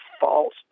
false